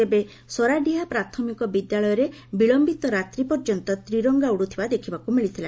ତେବେ ସରାଡିହା ପ୍ରାଥମିକ ବିଦ୍ୟାଳୟରେ ବିଳମ୍ପିତ ରାତ୍ରୀ ପର୍ଯ୍ୟନ୍ତ ତ୍ରିରଙ୍ଙା ଉଡୁଥିବା ଦେଖିବାକୁ ମିଳିଥିଲା